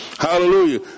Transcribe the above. Hallelujah